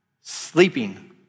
sleeping